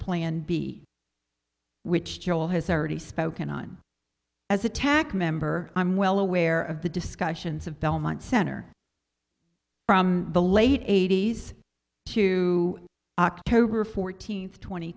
plan b which joel has already spoken on as a tack member i'm well aware of the discussions of belmont center from the late eighty's to october fourteenth tw